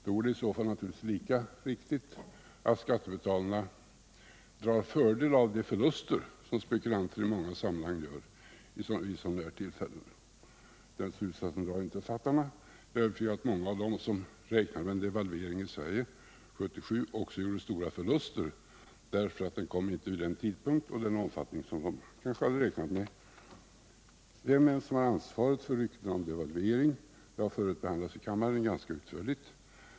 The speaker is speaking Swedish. Det vore i så fall naturligtvis lika riktigt att säga att skattebetalarna drar fördel av de förluster som spekulanter i många sammanhang gör vid sådana här tillfällen. Den slutsatsen drar inte författarna till uppsatsen. Jag är övertygad om att många av dem som räknade med en devalvering i Sverige 1977 också gjorde stora förluster, därför att devalveringen inte kom vid den tidpunkt och inte fick den omfattning som de kanske hade räknat med. Frågan om vem som har ansvaret för ryktena om devalvering har tidigare behandlats i kammaren ganska utförligt.